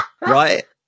right